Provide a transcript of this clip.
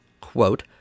quote